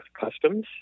customs